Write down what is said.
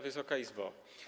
Wysoka Izbo!